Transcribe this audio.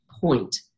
point